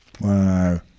Wow